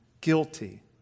guilty